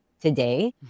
today